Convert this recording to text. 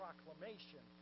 Proclamation